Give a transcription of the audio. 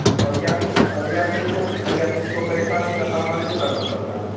अच्छा अब या अब यात्री को अब यात्री को परेशानी का सामना नहीं ना करना पड़ता है